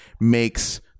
makes